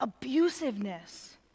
Abusiveness